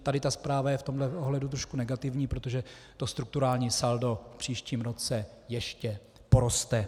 Tady ta zpráva je v tomhle ohledu trošku negativní, protože to strukturální saldo v příštím roce ještě poroste.